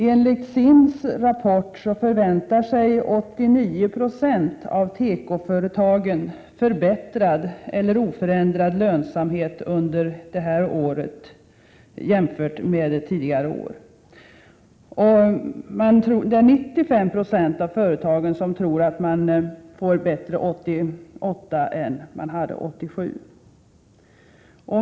Enligt SIND:s rapport väntar sig 89 2 av tekoföretagen förbättrad eller oförändrad lönsamhet under det här året jämfört med tidigare år. 95 90 av företagen tror att de får det bättre 1988 än 1987.